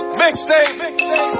mixtape